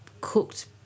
cooked